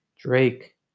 Drake